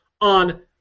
on